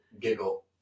giggle